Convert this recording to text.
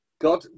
God